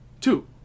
two